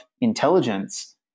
intelligence